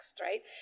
right